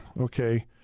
okay